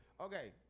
Okay